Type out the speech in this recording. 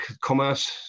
commerce